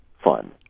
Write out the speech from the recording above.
fun